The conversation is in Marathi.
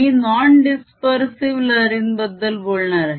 मी नॉन डीस्पेर्सीव लहरींबद्दल बोलणार आहे